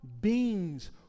beings